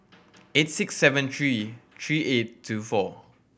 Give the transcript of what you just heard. eight six seven three three eight two four